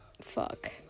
fuck